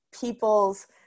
people's